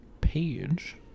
page